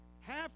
half